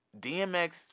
DMX